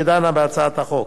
שדנה בהצעת החוק.